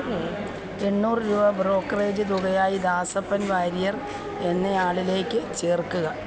എണ്ണൂറ് രൂപ ബ്രോക്കറേജ് തുകയായി ദാസപ്പൻ വാര്യർ എന്നയാളിലേക്ക് ചേർക്കുക